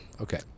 Okay